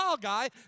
guy